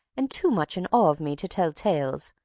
and too much in awe of me to tell tales,